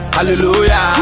Hallelujah